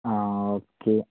ആ ഓക്കെ